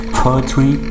poetry